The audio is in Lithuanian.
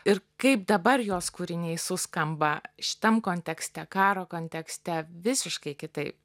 ir kaip dabar jos kūriniai suskamba šitam kontekste karo kontekste visiškai kitaip